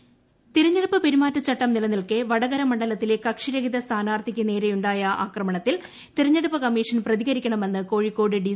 സിദ്ദിഖ് തിരഞ്ഞെടുപ്പ് പെരുമാറ്റച്ചട്ടം നിലനിൽക്കെ വടകര മണ്ഡലത്തിലെ കക്ഷിരഹിത സ്ഥാനാർത്ഥിക്ക് നേരെയുണ്ടായ ആക്രമണത്തിൽ തിരഞ്ഞെടുപ്പ് കമ്മീഷൻ പ്രതികരിക്കണമെന്ന് കോഴിക്കോട് ഡി